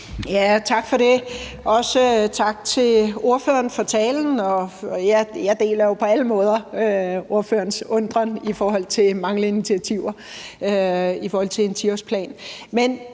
Tak for det. Også tak til ordføreren for talen. Og jeg deler jo på alle måder ordførerens undren over manglende initiativer i forhold til en 10-årsplan.